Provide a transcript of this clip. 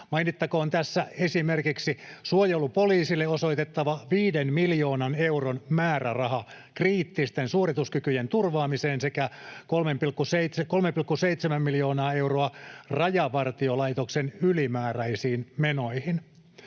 Mainittakoon tässä esimerkiksi suojelupoliisille osoitettava viiden miljoonan euron määräraha kriittisten suorituskykyjen turvaamiseen sekä 3,7 miljoonaa euroa Rajavartiolaitoksen ylimääräisiin menoihin.